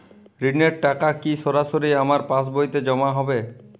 ঋণের টাকা কি সরাসরি আমার পাসবইতে জমা হবে?